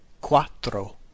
quattro